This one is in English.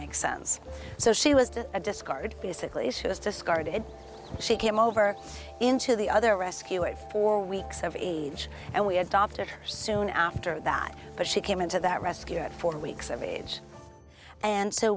makes sense so she was a discard basically she was discarded she came over into the other rescue it four weeks of age and we adopted her soon after that but she came into that rescue at four weeks of age and so